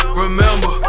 remember